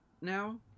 now